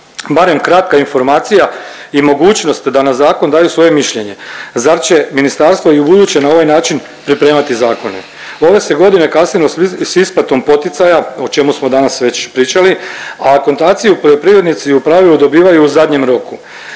barem kratka informacija i mogućnost da na zakon daju svoje mišljenje. Zar će ministarstvo i u buduće na ovaj način pripremati zakone? Ove se godine kasnilo sa isplatom poticaja, o čemu smo danas već pričali, a akontaciju poljoprivrednici u pravilu dobivaju u zadnjem roku.